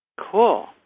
Cool